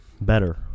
better